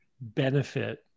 benefit